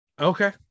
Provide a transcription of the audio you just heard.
Okay